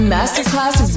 Masterclass